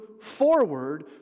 forward